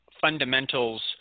fundamentals